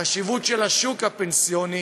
החשיבות של השוק הפנסיוני,